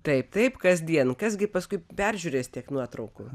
taip taip kasdien kas gi paskui peržiūrės tiek nuotraukų